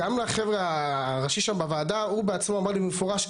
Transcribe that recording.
גם החבר'ה הראשי שם בוועדה הוא בעצמו אמר לי במפורש,